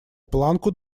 планку